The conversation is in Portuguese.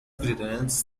brilhantes